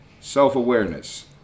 Self-awareness